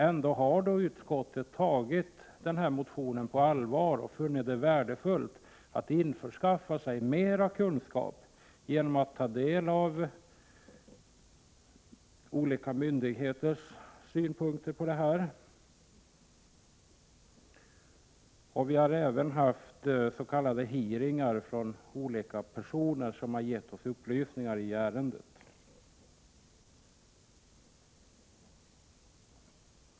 Ändå har utskottet tagit motionen på allvar och funnit det värdefullt att införskaffa mera kunskap genom att ta del av olika myndigheters synpunkter och även genom att ha s.k. hearingar med olika personer som har gett oss upplysningar i ärendet.